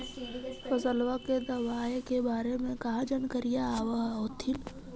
फसलबा के दबायें के बारे मे कहा जानकारीया आब होतीन?